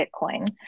bitcoin